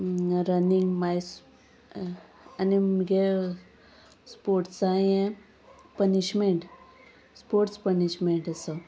running मायस आनी म्हुगे स्पोर्ट्सा हें पनिशमँट स्पोर्ट्स पनिशमँट ऍसो